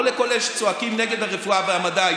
לא לכל אלה שצועקים נגד הרפואה והמדע,